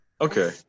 Okay